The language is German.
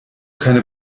keine